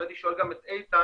ואני שואל גם את איתן